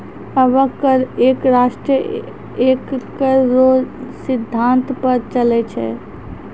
अबै कर एक राष्ट्र एक कर रो सिद्धांत पर चलै छै